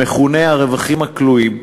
המכונה "הרווחים הכלואים",